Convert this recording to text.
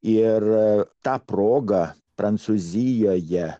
ir ta proga prancūzijoje